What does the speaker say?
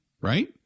Right